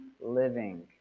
living